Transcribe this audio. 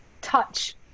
touch